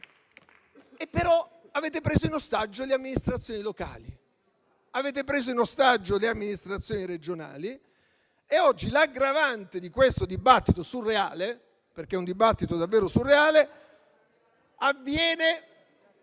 Però avete preso in ostaggio le amministrazioni locali. Avete preso in ostaggio le amministrazioni regionali e oggi l'aggravante di questo dibattito surreale, perché è un dibattito davvero surreale,